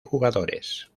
jugadores